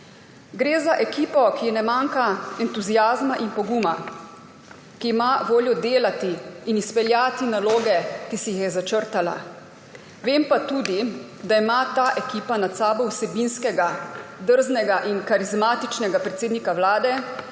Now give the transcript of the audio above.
Gre za ekipo, ki ji ne manjka entuziazma in poguma, ki ima voljo delati in izpeljati naloge, ki si jih je začrtala. Vem pa tudi, da ima ta ekipa nad sabo vsebinskega, drznega in karizmatičnega predsednika Vlade,